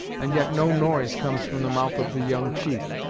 and yet no noise comes from the mouth of the young chief.